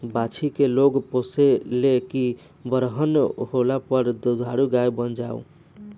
बाछी के लोग पोसे ले की बरहन होला पर दुधारू गाय बन जाओ